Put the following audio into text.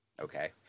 Okay